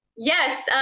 Yes